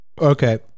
Okay